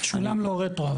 משולם לו רטרו.